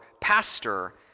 pastor